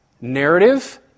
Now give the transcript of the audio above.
narrative